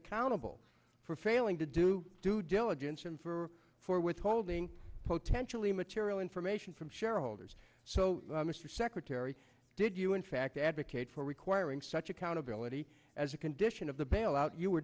accountable for failing to do due diligence and for for withholding potentially material information from shareholders so mr secretary did you in fact advocate for requiring such accountability as a condition of the bailout you were